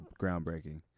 groundbreaking